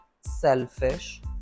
selfish